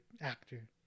actor